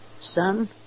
Son